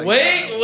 Wait